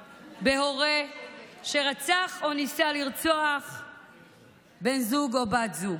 בהורה שרצח או ניסה לרצוח בן זוג או בת זוג.